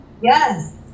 Yes